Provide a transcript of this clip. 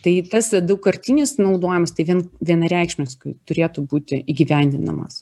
tai tas daugkartinis naudojimas tai vien vienareikšmiškai turėtų būti įgyvendinamas